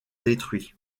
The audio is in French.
détruit